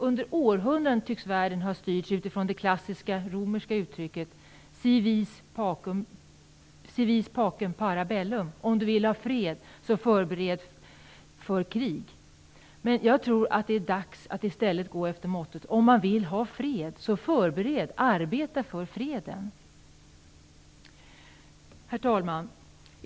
Under århundraden tycks världen ha styrts utifrån det klassiska romerska uttrycket: Si vis pacem para bellum, dvs. att om du vill ha fred förbered för krig. Men jag tror att det är dags att i stället gå efter mottot: Om du vill ha fred förbered för fred. Herr talman!